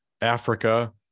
africa